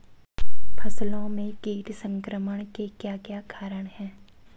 फसलों में कीट संक्रमण के क्या क्या कारण है?